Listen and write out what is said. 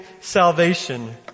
salvation